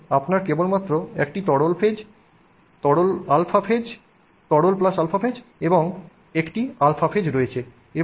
এখানে আপনার কেবলমাত্র একটি তরল ফেজ তরল প্লাস α ফেজ এবং একটি α ফেজ রয়েছে